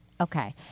Okay